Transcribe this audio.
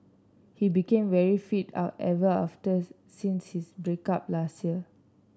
he became very fit ever after since his break up last year